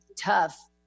tough